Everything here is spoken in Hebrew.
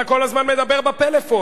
אתה כל הזמן מדבר בפלאפון.